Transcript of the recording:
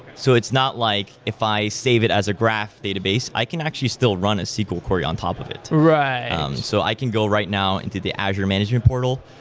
so it's not like if i save it as a graph database, i can actually still run a sql query on top of it. um so i can go right now into the azure management portal,